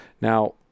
Now